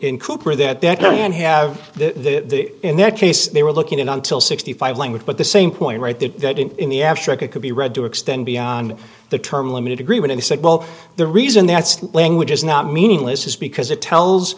in cooper that they had to have the in their case they were looking in until sixty five language but the same point right there in the abstract it could be read to extend beyond the term limited agreement and said well the reason that language is not meaningless is because it tells